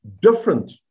different